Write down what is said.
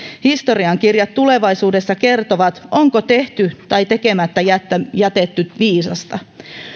historiankirjat tulevaisuudessa kertovat onko tehty tai tekemättä jätetty viisasta